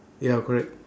ya correct